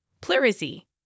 Pleurisy